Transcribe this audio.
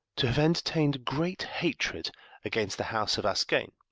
to have entertained great hatred against the house of ascagne,